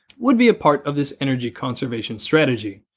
would be a part of this energy conservation strategy,